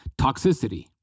toxicity